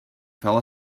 fell